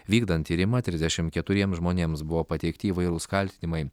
vykdant tyrimą trisdešimt keturiems žmonėms buvo pateikti įvairūs kaltinimai